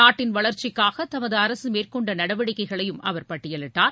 நாட்டின் வளர்ச்சிக்காக தமது அரசு மேற்கொண்ட நடவடிக்கைகளையும் அவர் பட்டியலிட்டார்